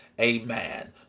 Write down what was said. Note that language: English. Amen